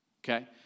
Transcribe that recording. Okay